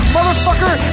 Motherfucker